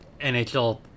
NHL